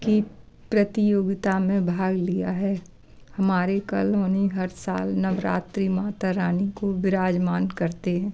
की प्रतियोगिता में भाग लिया है हमारी कालोनी हर साल नवरात्रि माता रानी को विराजमान करते हैं